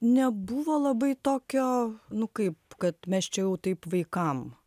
nebuvo labai tokio nu kaip kad mes čia jau taip vaikam